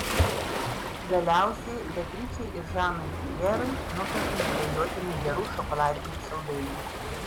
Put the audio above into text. galiausiai beatričei ir žanui pjerui nuperku neabejotinai gerų šokoladinių saldainių